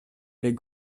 les